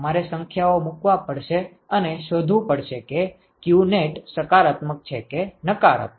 તમારે સંખ્યાઓ મૂકવા પડશે અને શોધવું પડશે કે qnet સકારાત્મક છે કે નકારાત્મક